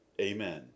Amen